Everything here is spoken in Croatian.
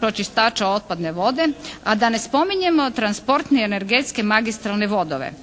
pročistača otpadne vode, a da ne spominjemo transportne i energetske magistralne vodove,